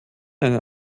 eine